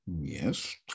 Yes